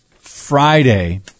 Friday